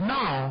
now